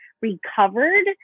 recovered